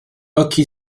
occhi